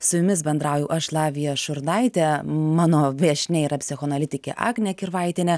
su jumis bendrauju aš lavija šurnaitė mano viešnia yra psichoanalitikė agnė kirvaitienė